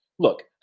Look